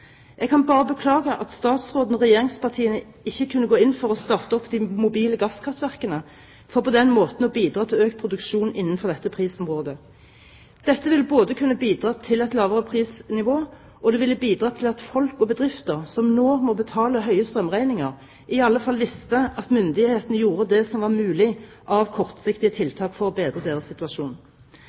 Jeg kan bare beklage at statsråden og regjeringspartiene ikke kunne gå inn for å starte opp de mobile gasskraftverkene, for på den måten å bidra til økt produksjon innenfor dette prisområdet. Dette ville kunne bidratt til et lavere prisnivå, og det ville kunne bidratt til at folk og bedrifter som nå må betale høye strømregninger, i alle fall visste at myndighetene gjorde det som var mulig av kortsiktige tiltak for å bedre deres situasjon.